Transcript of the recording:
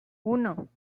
uno